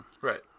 right